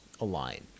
align